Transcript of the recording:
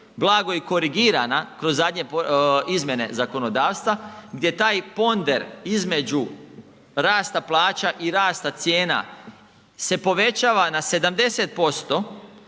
blago i korigirana kroz zadnje izmjene zakonodavstva gdje je taj ponder između rasta plaća i rasta cijena se povećava na 70%